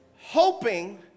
hoping